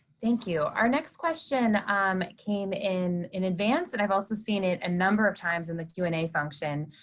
thank you. our next question um came in in advance, and i've also seen it a number of times in the q and a function.